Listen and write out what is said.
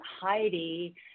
Heidi